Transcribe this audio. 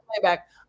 playback